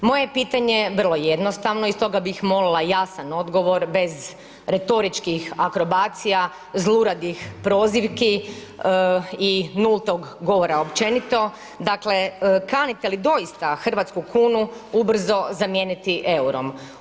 Moje pitanje je vrlo jednostavno i stoga bih molila jasan odgovor bez retoričkih akrobacija, zluradih prozivki i nultog govora općenito, dakle kanite li doista hrvatsku kunu ubrzo zamijeniti eurom?